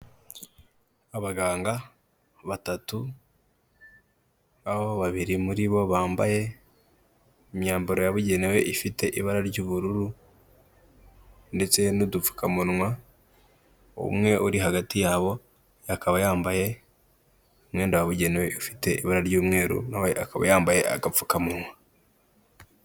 Abaganga batatu, aho babiri muri bo bambaye imyambaro yabugenewe ifite ibara ry'ubururu ndetse n'udupfukamunwa, umwe uri hagati yabo akaba yambaye umwenda wabugenewe ufite ibara ry'umweru nawe akaba yambaye agapfukamunwa.